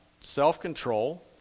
self-control